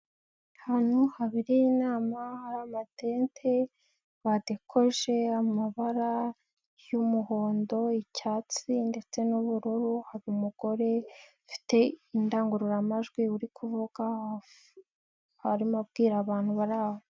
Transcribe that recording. Ahantu habereye inama amatente badekoje amabara y'umuhondo icyatsi ndetse n'ubururu hari umugore ufite indangururamajwi uri kuvuga arimo abwira abantu bari aho.